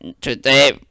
today